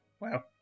Wow